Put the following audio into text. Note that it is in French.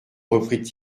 reprit